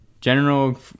general